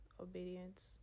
obedience